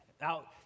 Now